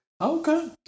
Okay